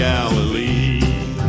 Galilee